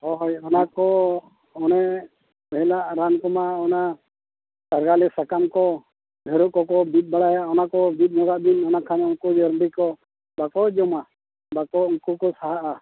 ᱦᱳᱭ ᱚᱱᱟ ᱠᱚ ᱚᱱᱮ ᱯᱟᱹᱦᱤᱞᱟᱜ ᱨᱟᱱ ᱠᱚᱢᱟ ᱚᱱᱟ ᱯᱟᱨᱜᱟᱞᱮ ᱥᱟᱠᱟᱢ ᱠᱚ ᱡᱷᱟᱹᱲᱩ ᱠᱚ ᱠᱚ ᱵᱤᱫ ᱵᱟᱲᱟᱭᱟ ᱚᱱᱟ ᱠᱚ ᱵᱤᱫ ᱧᱚᱜᱟᱜ ᱵᱤᱱ ᱚᱱᱟ ᱠᱷᱟᱱ ᱩᱱᱠᱩ ᱡᱟᱹᱨᱰᱤ ᱠᱚ ᱵᱟᱠᱚ ᱧᱟᱢᱟ ᱵᱟᱠᱚ ᱩᱱᱠᱩ ᱠᱚ ᱥᱟᱦᱟᱜᱼᱟ